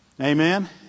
Amen